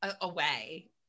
away